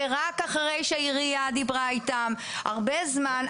ורק אחרי שהעירייה דיברה איתם הרבה זמן,